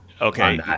Okay